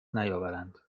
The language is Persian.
نیاوردند